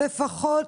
לפחות